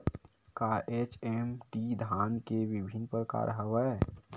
का एच.एम.टी धान के विभिन्र प्रकार हवय?